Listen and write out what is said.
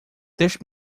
deixe